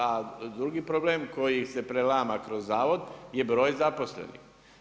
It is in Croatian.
A drugi problem koji se prelama kroz zavod je broj zaposlenih.